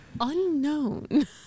Unknown